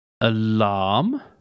alarm